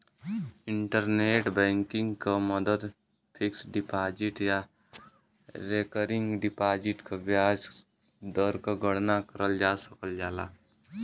internet banking क मदद fixed deposit या रेकरिंग डिपाजिट क ब्याज दर क गणना करल जा सकल जाला